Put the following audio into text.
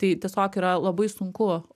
tai tiesiog yra labai sunku